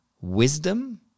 wisdom